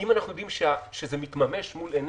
אם אנחנו יודעים שזה מתממש מול עינינו,